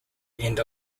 end